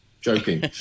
joking